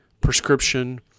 prescription